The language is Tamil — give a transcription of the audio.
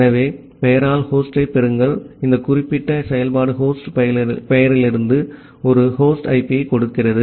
ஆகவே பெயரால் ஹோஸ்டைப் பெறுங்கள் இந்த குறிப்பிட்ட செயல்பாடு ஹோஸ்ட் பெயரிலிருந்து ஒரு ஹோஸ்ட் ஐபி கொடுத்தது